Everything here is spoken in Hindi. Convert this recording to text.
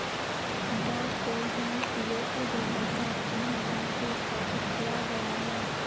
डॉ तेह होंग पिओ के द्वारा सार्वजनिक बैंक को स्थापित किया गया है